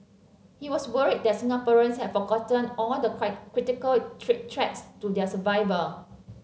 he was worried that Singaporeans had forgotten all the critical treat threats to their survival